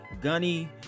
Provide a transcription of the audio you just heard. Gunny